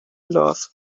love